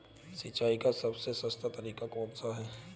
सिंचाई का सबसे सस्ता तरीका कौन सा है?